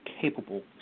capable